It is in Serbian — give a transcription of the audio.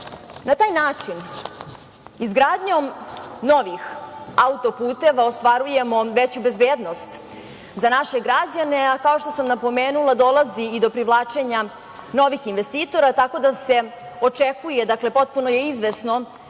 na taj način izgradnjom novih autoputeva ostvarujemo veću bezbednost za naše građane, a kao što sam napomenula, dolazi i do privlačenja novih investitora, tako da se očekuje, dakle, potpuno je izvesno